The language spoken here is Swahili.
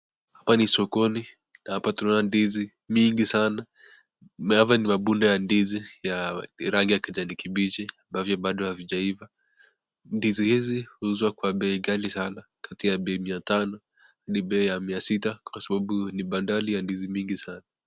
Hapa ni sokoni na hapa ndizi mingi sana, na hapakuna ndizi ya rangi ya kijani kibichi, bado hazijaiva ndizi hizi huuzwa kwa bei kali sana, kati ya bei ya mia tano hadi mia sita kwa sababu ni mingi sana.